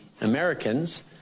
Americans